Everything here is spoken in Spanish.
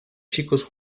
chicos